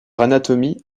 anatomie